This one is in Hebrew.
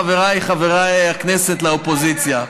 חבריי חברי הכנסת מהאופוזיציה,